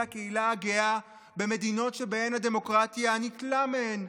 הקהילה הגאה במדינות שהדמוקרטיה ניטלה מהן,